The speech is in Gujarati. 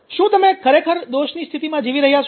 શું તમે ખરેખર દોષની સ્થિતિમાં જીવી રહ્યા છો